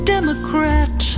Democrat